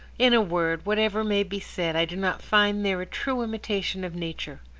in a word, whatever may be said, i do not find there a true imitation of nature.